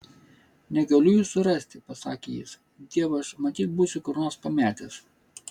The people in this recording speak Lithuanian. negaliu jų surasti pasakė jis dievaž matyt būsiu kur nors pametęs